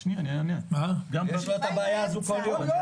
--- יש לי את הבעיה הזו כל יום.